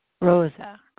Rosa